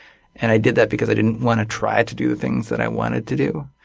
and i did that because i didn't want to try to do the things that i wanted to do